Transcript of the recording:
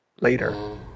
later